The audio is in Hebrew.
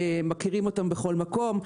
מכירים אותם בכל מקום,